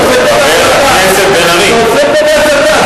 תיתן תשובה, אתה עוסק פה בהסתה.